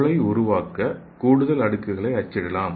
பொருளை உருவாக்க கூடுதல் அடுக்குகளை அச்சிடலாம்